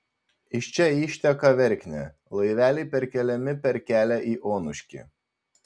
iš čia išteka verknė laiveliai perkeliami per kelią į onuškį